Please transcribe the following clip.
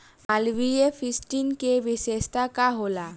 Malviya fifteen के विशेषता का होला?